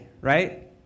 right